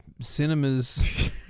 cinemas